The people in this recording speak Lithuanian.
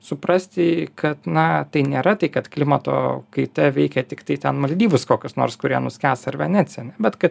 suprasti kad na tai nėra tai kad klimato kaita veikia tiktai ten maldyvus kokius nors kurie nuskęs ar veneciją ane bet kad